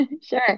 Sure